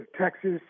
Texas